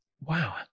wow